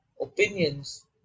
opinions